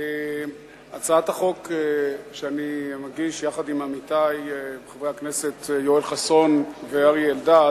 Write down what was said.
הצעת החוק שאני מגיש יחד עם עמיתי חברי הכנסת יואל חסון ואריה אלדד